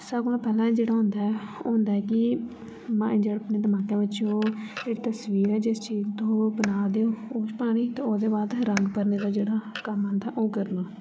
सारें कोला पैह्लें जेह्ड़ा होन्दा ऐ ओह् होन्दा ऐ कि माइंड जां अपने दमाका बिच्च ओह् जेह्ड़ी तसवीर ऐ जिुस चीज तुस बना दे ओ ओह् पानी ते ओह्दे बाद रंग भरने दा जेह्ड़ा कम्म आंदा ऐ ओह् करना